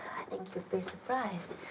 think you'd be surprised.